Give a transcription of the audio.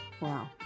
Wow